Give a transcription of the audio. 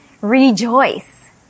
Rejoice